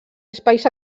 espais